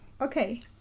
Okay